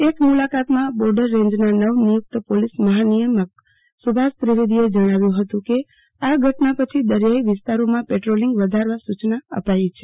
એક મુલાકાતમાં બોર્ડર રેન્જના નવ નિયુક્ત પોલીસ મહાનિયામક સુભાષ ત્રિવેદીએ જણાવ્યુ હતું કે આ ઘટના પછી દરિયાઈ વિસ્તારોમાં પેટ્રોલીગ વધારવા સુચના અપાઈ છે